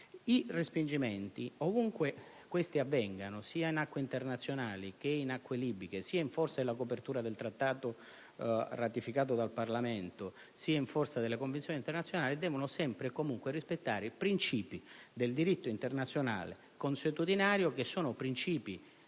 i respingimenti, ovunque questi avvengano (sia in acque internazionali che in acque libiche, sia in forza della copertura del Trattato ratificato dal Parlamento, sia in forza delle Convenzioni internazionali), devono sempre e comunque rispettare i principi del diritto internazionale consuetudinario che sono